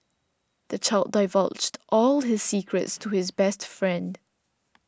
the child divulged all his secrets to his best friend